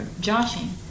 joshing